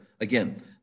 Again